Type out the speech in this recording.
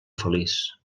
feliç